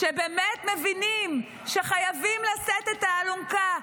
ובאמת מבינים שחייבים לשאת את האלונקה.